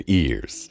ears